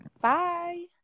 Bye